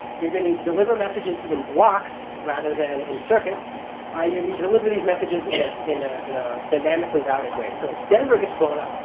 you're going to deliver messages in blocks, rather than in circuits. and you can deliver these messages in a you know dynamically routed way. so if denver gets blown up,